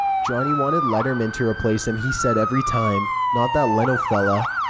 johnny wanted letterman to replace him, he said every time. not that leno fella.